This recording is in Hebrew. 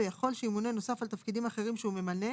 ויכול שימונה נוסף על תפקידים אחרים שהוא ממלא,